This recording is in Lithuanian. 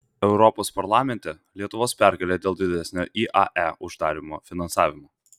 europos parlamente lietuvos pergalė dėl didesnio iae uždarymo finansavimo